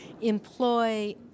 employ